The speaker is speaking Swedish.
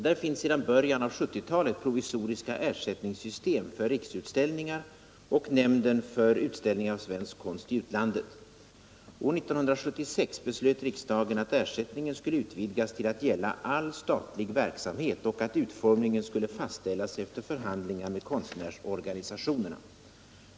Det finns sedan början av 1970-talet provisoriska ersättningssystem för Riksutställningar och nämnden för utställning av svensk konst i utlandet. År 1976 beslöt riksdagen att ersättningen skulle utvidgas till att gälla all statlig verksamhet och att utformningen skulle fastställas efter förhandlingar med konstnärsorganisationerna.